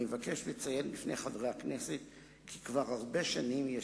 אני מבקש לציין בפני חברי הכנסת כי כבר הרבה שנים יש